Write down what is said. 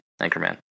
Anchorman